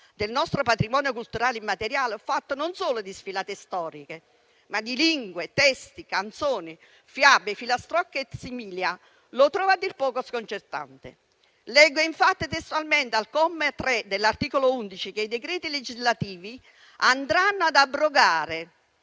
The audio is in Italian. del nostro patrimonio culturale immateriale, fatto non solo di sfilate storiche, ma di lingue, testi, canzoni, fiabe, filastrocche *et similia*, lo trovo a dir poco sconcertante. Leggo infatti testualmente, al comma 3 dell'articolo 11, che i decreti legislativi andranno ad abrogare